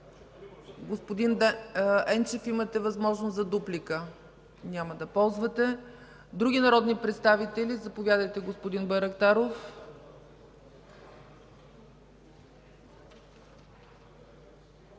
Господин Енчев, имате възможност за дуплика. Няма да ползвате. Други народни представители? Заповядайте, господин Байрактаров. ДИМИТЪР